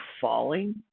falling